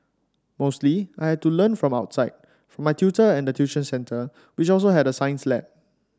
mostly I had to learn from outside from my tutor and the tuition centre which also had a science lab